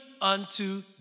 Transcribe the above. unto